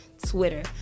Twitter